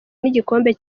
n’igikombe